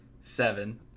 Seven